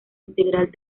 integral